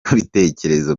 bitekerezo